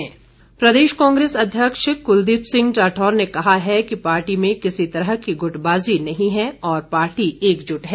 राठौर प्रदेश कांग्रेस अध्यक्ष कलदीप सिंह राठौर ने कहा है कि पार्टी में किसी तरह की गुटबाजी नहीं है और पार्टी एकजुट है